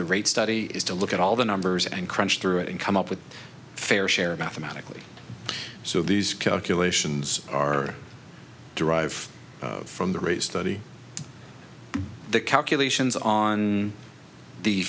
the rate study is to look at all the numbers and crunch through it and come up with a fair share of mathematically so these calculations are derived from the rays thirty the calculations on the